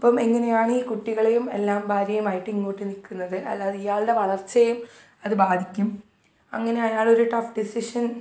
അപ്പം എങ്ങനെയാണ് ഈ കുട്ടികളേം എല്ലാം ഭാര്യേമായിട്ട് ഇങ്ങോട്ട് നിൽക്കുന്നത് അല്ലാതെ ഇയാളുടെ വളർച്ചേം അത് ബാധിക്കും അങ്ങനെ അയാളൊരു ടഫ്ഫ് ഡിസിഷൻ